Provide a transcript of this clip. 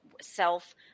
self